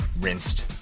rinsed